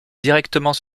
directement